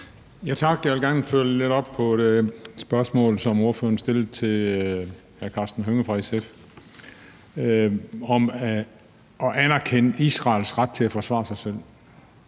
Jeg vil gerne følge lidt op på det spørgsmål, som ordføreren stillede til hr. Karsten Hønge fra SF om at anerkende Israels ret til at forsvare sig selv.